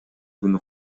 күнү